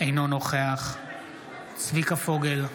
אינו נוכח צביקה פוגל,